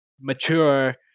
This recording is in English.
mature